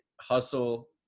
hustle